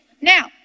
Now